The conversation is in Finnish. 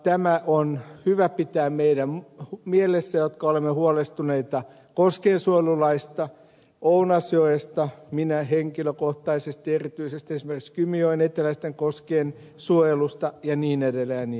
tämä on hyvä pitää meidän mielessä jotka olemme huolestuneita koskiensuojelulaista ounasjoesta minä henkilökohtaisesti erityisesti esimerkiksi kymijoen eteläisten koskien suojelusta ja niin edelleen